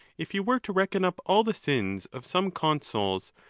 if you were to reckon up all the sins of some consuls,